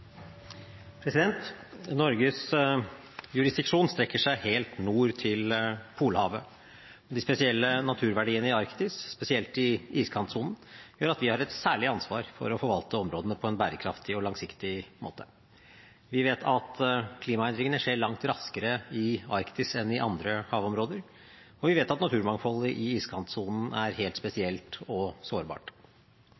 Norges jurisdiksjon strekker seg helt nord til Polhavet. De spesielle naturverdiene i Arktis, spesielt i iskantsonen, gjør at vi har et særlig ansvar for å forvalte områdene på en bærekraftig og langsiktig måte. Vi vet at klimaendringene skjer langt raskere i Arktis enn i andre havområder, og vi vet at naturmangfoldet i iskantsonen er helt